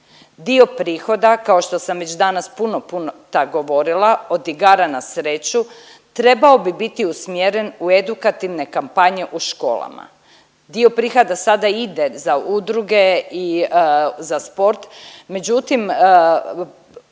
Dio prihoda, kao što sam već danas puno, puno puta govorila od igara na sreću trebao bi biti usmjeren u edukativne kampanje u školama. Dio prihoda sada ide za udruge i za sport, međutim